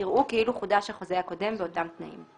יראו כאילו חודש החוזה הקודם באותם תנאים.